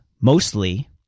mostly